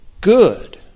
good